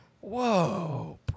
Whoa